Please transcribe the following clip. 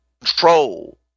control